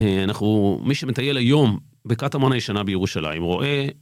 אנחנו, מי שמטייל היום בקטמון הישנה בירושלים רואה...